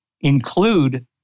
include